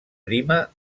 prima